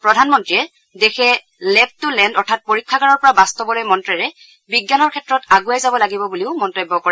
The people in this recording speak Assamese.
প্ৰধানমন্ত্ৰীয়ে দেশে লেৱ টু লেণ্ড অৰ্থাৎ পৰীক্ষাগাৰৰ পৰা বাস্তৱলৈ মন্ত্ৰেৰে বিজ্ঞানৰ ক্ষেত্ৰত আগুৱাই যাব লাগিব বুলি মন্তব্য কৰে